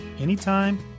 anytime